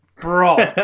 bro